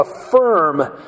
affirm